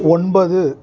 ஒன்பது